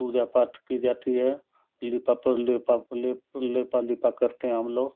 पूजा पाठ की जाती है लीपा पर लीपा लीप लिपा लिपा करते हैं हम लोग